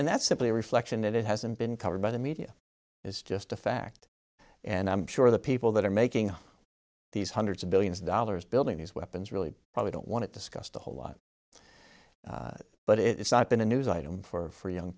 and that's simply a reflection that it hasn't been covered by the media is just a fact and i'm sure the people that are making these hundreds of billions of dollars building these weapons really probably don't want it discussed a whole lot but it's not been a news item for young